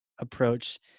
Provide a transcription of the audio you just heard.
approach